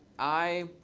i,